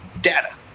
data